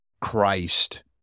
Christ